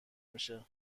میشه